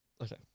okay